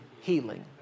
healing